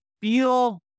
feel